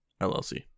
LLC